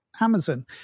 amazon